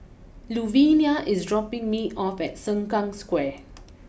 Luvinia is dropping me off at Sengkang Square